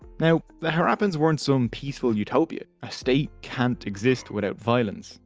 now the harappans weren't some peaceful utopia, a state can't exist without violence.